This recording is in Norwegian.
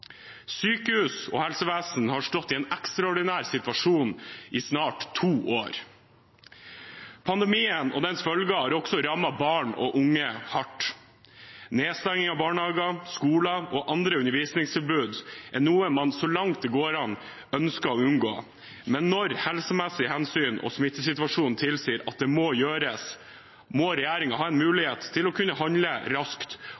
Sykehus og helsevesen har stått i en ekstraordinær situasjon i snart to år. Pandemien og dens følger har også rammet barn og unge hardt. Nedstengning av barnehager, skoler og andre undervisningstilbud er noe man så langt det går an, ønsker å unngå. Men når helsemessige hensyn og smittesituasjonen tilsier at det må gjøres, må regjeringen ha en mulighet til å kunne handle raskt